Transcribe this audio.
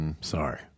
Sorry